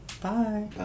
Bye